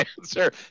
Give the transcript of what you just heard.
answer